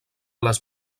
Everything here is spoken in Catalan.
les